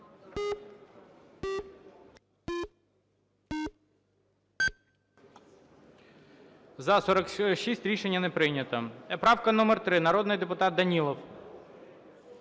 За-46 Рішення не прийнято. Правка номер 3, народний депутат Данілов.